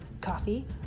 coffee